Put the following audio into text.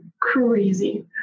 crazy